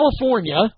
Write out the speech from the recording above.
California –